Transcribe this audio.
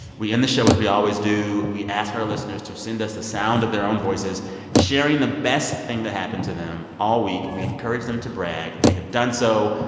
we end the show as we always do. we asked our listeners to send us the sound of their own voices sharing the best thing that happened to them all week. we encourage them to brag. they have done so.